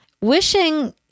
Wishing